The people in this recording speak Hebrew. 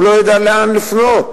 והוא לא ידע לאן לפנות,